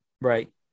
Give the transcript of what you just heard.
Right